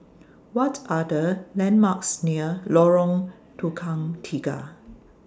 What Are The landmarks near Lorong Tukang Tiga